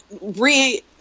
re